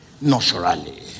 naturally